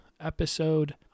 episode